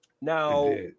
Now